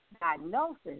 diagnosis